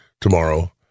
tomorrow